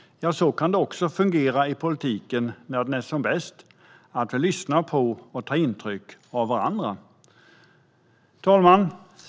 Ja, så kan det också fungera i politiken när den är som bäst, att vi lyssnar på och tar intryck av varandra. Herr talman!